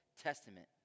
Testament